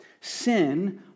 Sin